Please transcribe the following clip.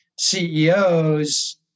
CEOs